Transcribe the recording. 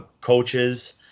coaches